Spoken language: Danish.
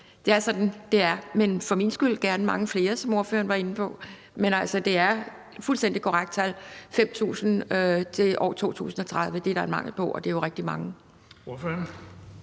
det er sådan, det er. Men for min skyld må det gerne være mange flere, som ordføreren var inde på. Men det er et fuldstændig korrekt tal: Der er en mangel på 5.000 i år 2030 – og det er jo rigtig mange.